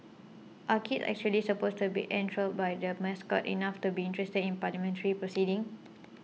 are kids actually supposed to be enthralled by the Mascot enough to be interested in parliamentary proceedings